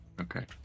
Okay